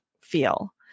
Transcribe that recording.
feel